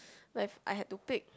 like I had to pick